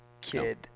kid